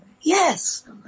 Yes